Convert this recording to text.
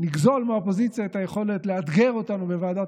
נגזול מהאופוזיציה את היכולת לאתגר אותנו בוועדת